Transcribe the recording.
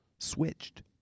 switched